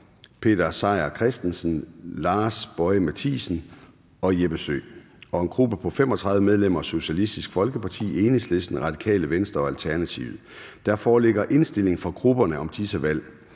Peter Seier Christensen (UFG), Lars Boje Mathiesen (UFG) og Jeppe Søe (UFG); og en gruppe på 35 medlemmer: Socialistisk Folkeparti, Enhedslisten, Radikale Venstre og Alternativet. Der foreligger indstilling fra grupperne om disse valg.